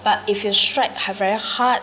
but if you strive ha~ very hard